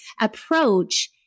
approach